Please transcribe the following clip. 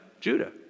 Judah